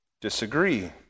disagree